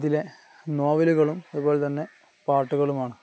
ഇതിലെ നോവലുകളും അതുപോലെ തന്നെ പാട്ടുകളുമാണ്